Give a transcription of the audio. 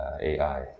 AI